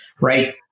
right